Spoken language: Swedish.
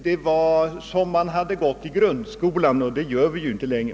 Det var som om man hade gått i grundskolan, och det gör vi ju inte längre.